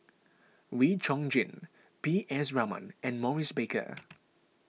Wee Chong Jin P S Raman and Maurice Baker